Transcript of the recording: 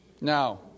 Now